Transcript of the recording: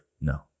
No